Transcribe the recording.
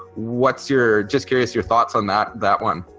what's your just curious your thoughts on that that one.